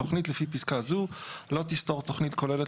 "התוכנית לפי פסקה זו לא תסתור תוכנית כוללת